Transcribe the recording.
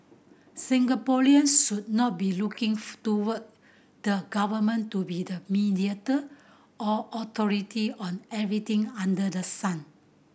Singaporeans should not be looking toward the government to be the mediator or authority on everything under the sun